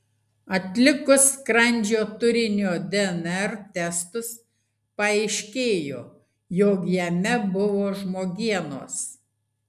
atlikus skrandžio turinio dnr testus paaiškėjo jog jame buvo žmogienos